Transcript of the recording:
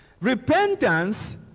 Repentance